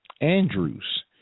Andrews